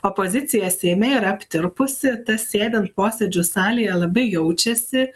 opozicija seime yra aptirpusi tas sėdint posėdžių salėje labai jaučiasi